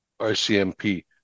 RCMP